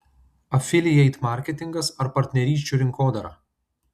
afilieit marketingas ar partnerysčių rinkodara